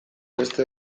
beste